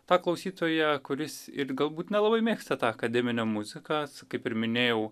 tą klausytoją kuris ir galbūt nelabai mėgsta tą akademinę muziką kaip ir minėjau